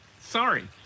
Sorry